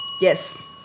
Yes